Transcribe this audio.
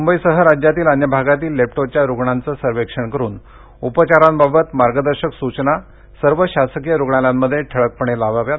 मुंबईसह राज्यातील अन्य भागातील लेप्टोच्या रुग्णांचं सर्वेक्षण करून उपचाराबाबत मार्गदर्शक सूचना सर्व शासकीय रुग्णालयांमध्ये ठळकपणे लावाव्यात